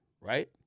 right